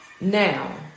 Now